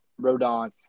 Rodon